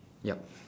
yup